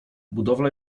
budowla